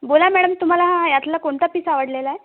बोला मॅडम तुम्हाला यातला कोणता पीस आवडलेला आहे